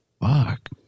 Fuck